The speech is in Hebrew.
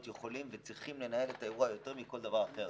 יכולים וצריכים לנהל את האירוע יותר מכל דבר אחר.